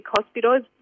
hospitals